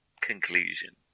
conclusion